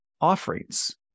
offerings